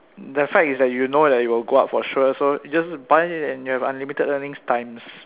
the fact is that you know it will go up for sure so you just buy it and you have unlimited earning times